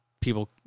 people